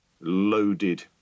loaded